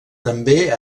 també